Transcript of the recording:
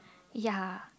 ya